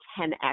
10x